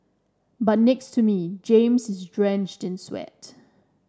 but next to me James is drenched in sweat